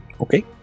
Okay